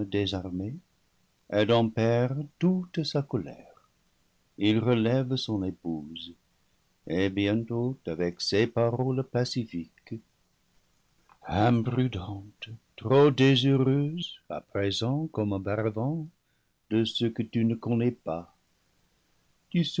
désarmé adam perd toute sa colère il relève son épouse et bientôt avec ces paroles pacifiques imprudente trop désireuse à présent comme auparavant de ce que tu ne connais pas tu